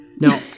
Now